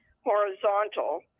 horizontal